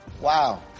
Wow